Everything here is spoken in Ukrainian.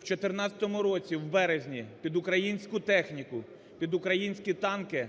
в 2014 році в березні під українську техніку, під українські танки